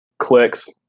clicks